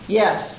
yes